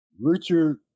Richard